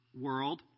world